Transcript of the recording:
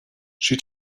she